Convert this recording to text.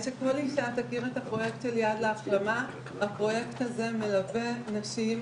להעלות את המועדות ולא להגיד "לי זה לא יקרה" ובעיקר לא לפחד מהבדיקה,